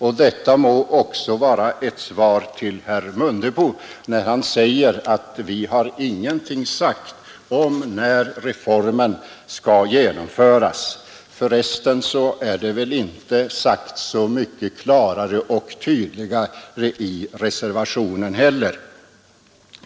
Detta må också vara ett svar till herr Mundebo när han säger att vi har ingenting sagt om när reformen skall genomföras. För resten är det väl inte sagt så mycket klarare och tydligare i reservationen heller.